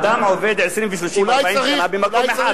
אדם עובד 20 ו-30 ו-40 שנה במקום אחד.